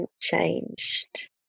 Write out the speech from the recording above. changed